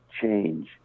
change